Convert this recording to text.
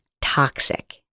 toxic